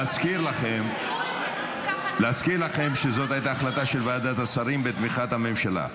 להזכיר לכם שזאת הייתה החלטה של ועדת השרים בתמיכת הממשלה.